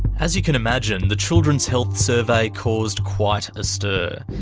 as you can imagine, the children's health survey caused quite a stir.